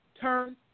turn